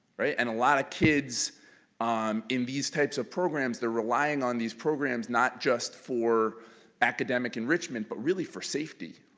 and a lot of kids um in these types of programs, they're relying on these programs not just for academic enrichment, but really for safety.